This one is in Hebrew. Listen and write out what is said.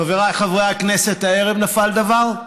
חבריי חברי הכנסת, הערב נפל דבר.